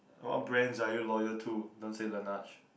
what brands are you loyal to don't say laneige